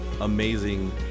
amazing